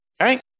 right